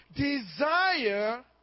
desire